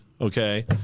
okay